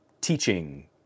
teaching